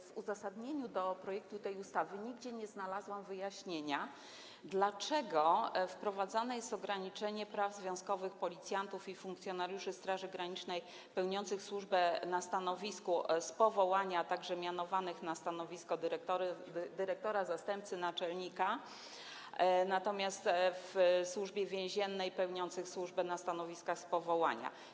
W uzasadnieniu projektu ustawy nigdzie nie znalazłam wyjaśnienia, dlaczego wprowadzane jest ograniczenie praw związkowych policjantów i funkcjonariuszy Straży Granicznej pełniących służbę na stanowisku z powołania, a także mianowanych na stanowisko dyrektora, zastępcy, naczelnika, natomiast w Służbie Więziennej pełniących służbę na stanowiskach z powołania.